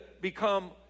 become